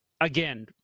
again